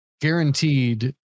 guaranteed